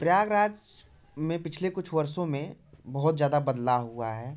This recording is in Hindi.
प्रयागराज में पिछले कुछ वर्षों में बहुत ज़्यादा बदलाव हुआ है